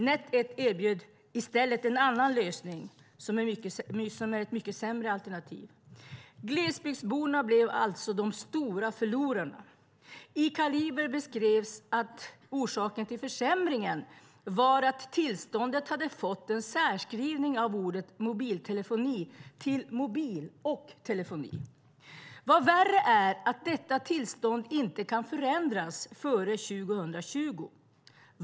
Net 1 erbjöd i stället en annan lösning som är ett mycket sämre alternativ. Glesbygdsborna blev alltså de stora förlorarna. I Kaliber beskrevs att orsaken till försämringen var att tillståndet hade fått en särskrivning av ordet mobiltelefoni till "mobil" och "telefoni". Vad värre är, detta tillstånd kan inte förändras före 2020.